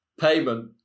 payment